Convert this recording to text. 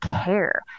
care